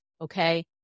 okay